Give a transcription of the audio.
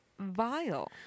Vile